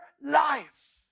life